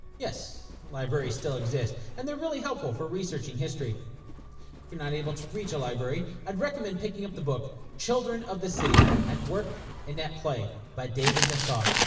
yes, libraries still exist and they're really helpful for researching history. if you're not able to reach a library, i'd recommend picking up the book children of the city at work and at play by david nasaw.